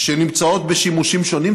שנמצאות בשימושים שונים,